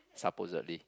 supposedly